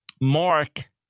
Mark